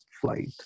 flight